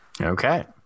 Okay